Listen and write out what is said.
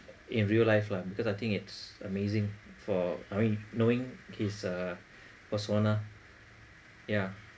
in real life lah because I think it's amazing for I mean knowing his uh persona ya